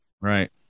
Right